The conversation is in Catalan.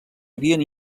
havien